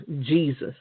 Jesus